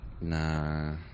Nah